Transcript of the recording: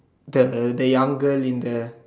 the the younger in the